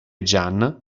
gian